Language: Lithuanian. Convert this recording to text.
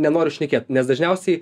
nenoriu šnekėt nes dažniausiai